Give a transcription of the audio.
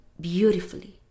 beautifully